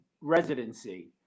residency